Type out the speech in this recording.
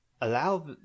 allow